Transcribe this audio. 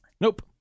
Nope